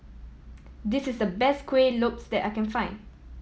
this is the best Kuih Lopes that I can find